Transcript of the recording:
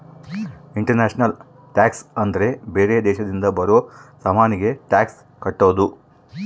international tax ಅಂದ್ರ ಬೇರೆ ದೇಶದಿಂದ ಬರೋ ಸಾಮಾನಿಗೆ ಟ್ಯಾಕ್ಸ್ ಕಟ್ಟೋದು